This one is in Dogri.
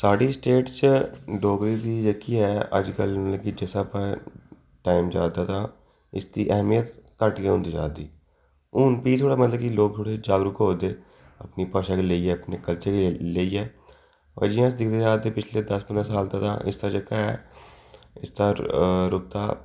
साढ़ी स्टेट च डोगरी दी जेह्की ऐ अज्ज कल मिगी जिस स्हाबा दा टाइम जा दा तां इसदी अहमियत घट्ट गै होंदी जा दी हून भी थोह्ड़ा मतलब की लोक जागरूक होआ दे अपनी भाशा गी लेइयै अपने कल्चर गी लेइयै होर जि'यां अस दिक्खदे आ दे पिच्छ्ले दस पन्द्रां साल दा तां इसदा जेह्का ऐ रुतबा